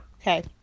Okay